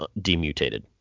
demutated